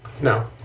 no